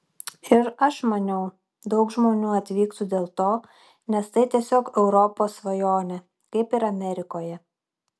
ir aš manau daug žmonių atvyktų dėl to nes tai tiesiog europos svajonė kaip ir amerikoje